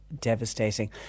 devastating